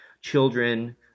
children